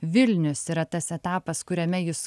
vilnius yra tas etapas kuriame jūs